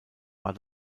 war